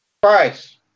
Price